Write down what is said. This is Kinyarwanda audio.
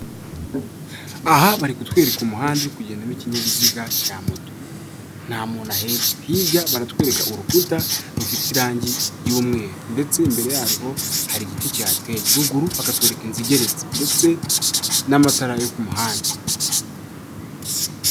Aha bari kutwereka umuhanda uri kugendamo ikinyabiziga cya moto nta muntu ahetse, hirya baratwereka urukuta rufite irangi ry'umweru ndetse imbere yarwo hari igiti cyihateye, ruguru bakatwereka inzu igeretse ndetse n'amatara yo ku muhanda.